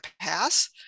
pass